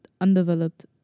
undeveloped